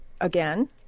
again